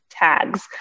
Tags